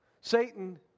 Satan